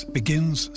begins